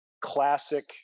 classic